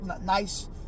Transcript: nice